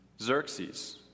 Xerxes